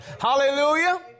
Hallelujah